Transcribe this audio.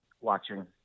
watching